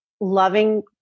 loving